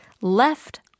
Left